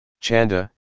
Chanda